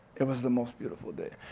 it was the most beautiful day.